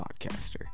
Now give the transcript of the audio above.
podcaster